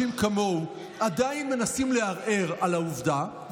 הוא ואנשים כמוהו עדיין מנסים לערער על העובדה,